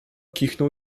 kichnął